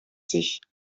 sich